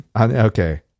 okay